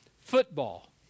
Football